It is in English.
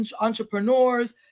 entrepreneurs